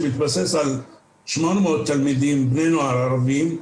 שמתבסס על 800 בני נוער ערבים,